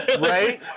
Right